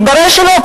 מתברר שלא.